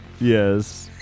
Yes